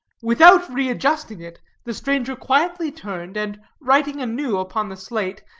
without readjusting it, the stranger quietly turned, and writing anew upon the slate,